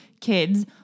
kids